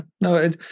No